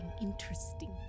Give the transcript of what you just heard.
interesting